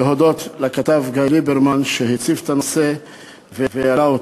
להודות לכתב גיא ליברמן שהציף את הנושא והעלה אותו.